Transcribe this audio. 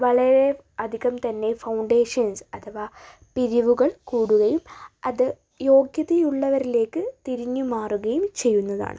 വളരേയധികം തന്നെ ഫൗണ്ടേഷൻസ് അഥവാ പിരിവുകൾ കൂടുകയും അത് യോഗ്യതയുള്ളവരിലേക്ക് തിരിഞ്ഞുമാറുകയും ചെയ്യുന്നതാണ്